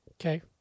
Okay